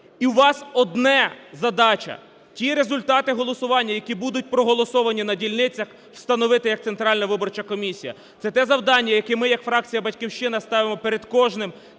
І у вас одна задача: ті результати голосування, які будуть проголосовані на дільницях, встановити як Центральна виборча комісія. Це те завдання, яке ми як фракція "Батьківщина" ставимо перед кожним